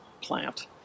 Plant